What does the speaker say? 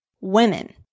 women